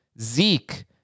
Zeke